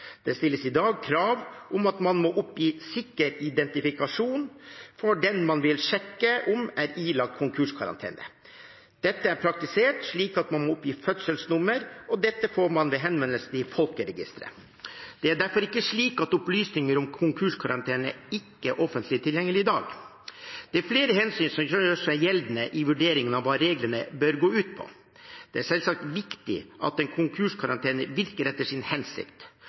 Det stilles i dag krav om at man må oppgi sikker identifikasjon for den man vil sjekke om er ilagt konkurskarantene. Dette er praktisert slik at man må oppgi fødselsnummer, og dette får man ved henvendelse til folkeregisteret. Det er derfor ikke slik at opplysninger om konkurskarantene ikke er offentlig tilgjengelig i dag. Det er flere hensyn som gjør seg gjeldende i vurderingen av hva reglene bør gå ut på. Det er selvsagt viktig at en konkurskarantene virker etter sin hensikt.